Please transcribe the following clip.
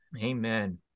Amen